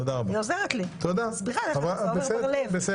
היא עוזרת לי --- עמר בר לב,